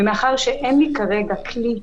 ומאחר שאין לי כרגע כלי